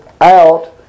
out